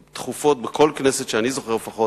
שתכופות, בכל כנסת שאני זוכר לפחות,